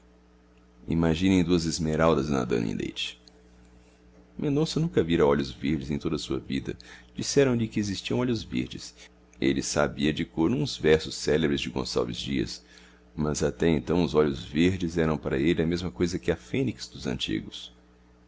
imaginem duas esmeraldas nadando em leite mendonça nunca vira olhos verdes em toda a sua vida disseram-lhe que existiam olhos verdes ele sabia de cor uns versos célebres de gonçalves dias mas até então os olhos verdes eram para ele a mesma coisa que a fênix dos antigos